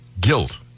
guilt